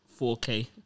4K